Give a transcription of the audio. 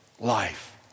Life